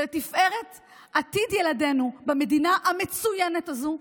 ולתפארת עתיד ילדינו במדינה המצוינת הזו.